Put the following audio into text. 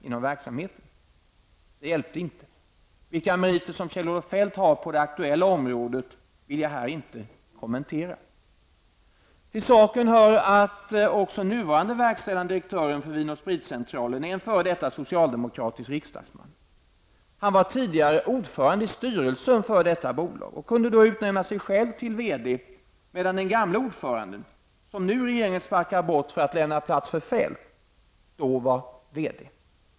inom verksamheten. Det hjälpte inte. Vilka meriter som Kjell-Olof Feldt har på det aktuella området vill jag här inte kommentera. Till saken hör att också nuvarande verkställande direktören för Vin & Spritcentralen är f.d. socialdemokratisk riksdagsman. Han var tidigare ordförande i styrelsen för detta bolag och kunde då utnämna sig själv till VD, medan den gamle ordföranden -- som nu regeringen sparkar bort för att lämna plats för Feldt -- var VD.